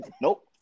Nope